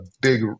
big